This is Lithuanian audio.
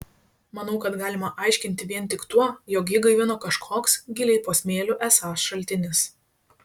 manau kad galima aiškinti vien tik tuo jog jį gaivino kažkoks giliai po smėliu esąs šaltinis